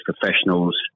professionals